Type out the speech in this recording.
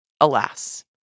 Alas